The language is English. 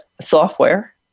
software